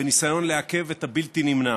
בניסיון לעכב את הבלתי-נמנע: